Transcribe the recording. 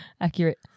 Accurate